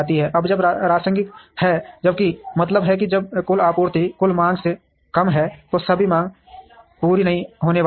अब जब राशनिंग है जिसका मतलब है कि जब कुल आपूर्ति कुल मांग से कम है तो सभी मांग पूरी नहीं होने वाली है